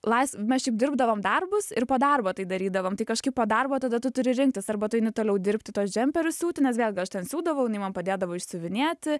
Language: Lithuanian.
lais mes šiaip dirbdavom darbus ir po darbo tai darydavom tai kažkaip po darbo tada tu turi rinktis arba tu eini toliau dirbti tuos džemperius siūti nes vėlgi aš ten siūdavau jinai man padėdavo išsiuvinėti